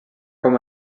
com